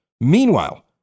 Meanwhile